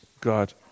God